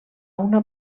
una